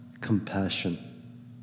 compassion